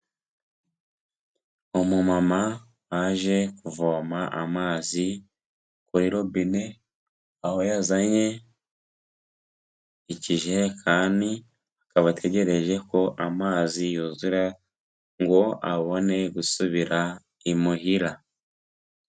Umumama aje kuvoma amazi kuri robine, aho yazanye ikijerekani, akaba ategereje ko amazi yuzura ngo abone gusubira i muhira.